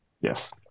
Yes